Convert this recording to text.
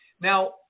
now